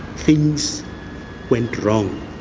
things went wrong,